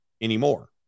anymore